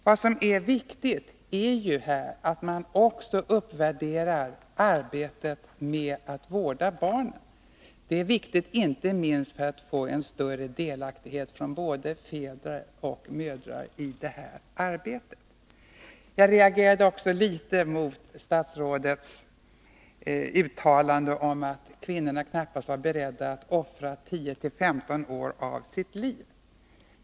Vad som är viktigt är ju att man också uppvärderar arbetet med att vårda barnen. Det är viktigt inte minst för att få en större delaktighet från både fäder och mödrar i detta arbete. Jag reagerade också litet mot statsrådets uttalande om att kvinnorna knappast var beredda att offra 10-15 år av sitt liv.